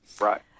right